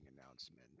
announcement